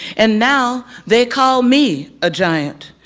and now they call me a giant.